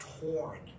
torn